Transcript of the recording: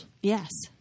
yes